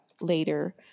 later